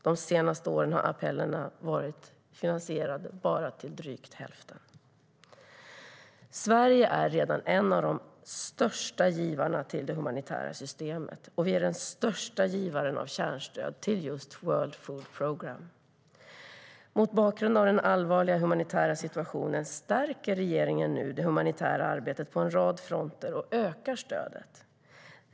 De senaste åren har appellerna varit finansierade till bara drygt hälften. Sverige är redan en av de största givarna till det humanitära systemet. Och vi är den största givaren av kärnstöd till just World Food Programme. Mot bakgrund av den allvarliga humanitära situationen stärker regeringen nu det humanitära arbetet på en rad fronter och ökar stödet.